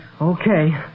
Okay